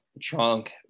trunk